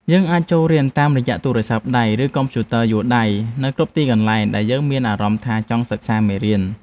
យើងអាចចូលរៀនបានតាមរយៈទូរស័ព្ទដៃ ឬកុំព្យូទ័រយួរដៃនៅគ្រប់ទីកន្លែងដែលយើងមានអារម្មណ៍ថាចង់សិក្សាមេរៀន។